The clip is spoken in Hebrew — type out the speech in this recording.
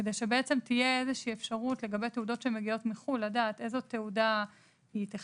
כדי שתהיה איזושהי אפשרות לדעת איזו תעודה מהתעודות שמגיעות